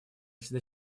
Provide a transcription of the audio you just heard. всегда